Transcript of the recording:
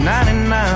99